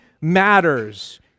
matters